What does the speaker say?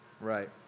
Right